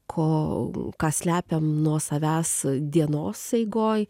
kol ką slepiam nuo savęs dienos eigoj